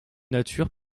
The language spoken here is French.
nature